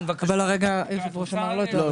אבל כרגע היושב ראש אמר לא תואר ראשון.